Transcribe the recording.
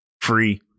free